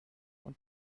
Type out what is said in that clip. und